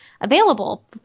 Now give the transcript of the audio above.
available